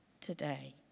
today